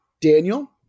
Daniel